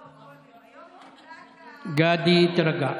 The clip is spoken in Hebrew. גדי, תירגע.